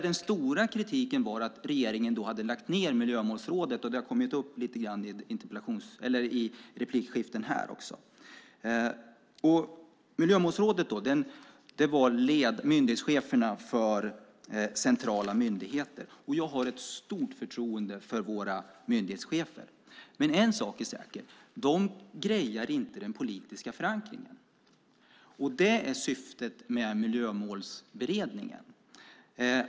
Den stora kritiken var att regeringen hade lagt ned Miljömålsrådet. Det har också kommit upp lite grann i replikskiften här. I Miljömålsrådet satt myndighetscheferna för centrala myndigheter. Jag har stort förtroende för våra myndighetschefer, men en sak är säker: De grejade inte den politiska förankringen. Det är syftet med Miljömålsberedningen.